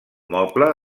moble